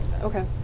Okay